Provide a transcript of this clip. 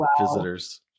visitors